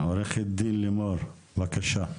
בבקשה.